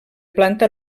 planta